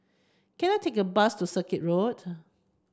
can I take a bus to Circuit Road